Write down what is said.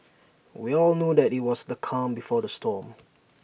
we all knew that IT was the calm before the storm